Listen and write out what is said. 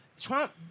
Trump